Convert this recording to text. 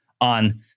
on